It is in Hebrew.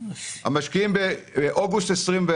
באוגוסט 2021,